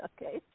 Okay